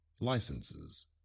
Licenses